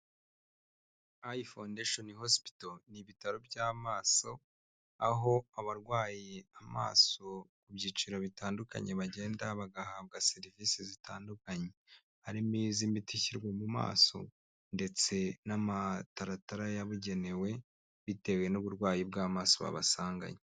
Eye foundation Hospital ni ibitaro by'amaso, aho abarwaye amaso ku byiciro bitandukanye bagenda bagahabwa serivisi zitandukanye, harimo iz'imiti ishyirwa mu maso ndetse n'amataratara yabugenewe bitewe n'uburwayi bw'amaso babasanganye.